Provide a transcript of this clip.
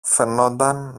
φαινόταν